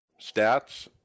stats